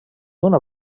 una